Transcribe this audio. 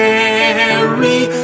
Mary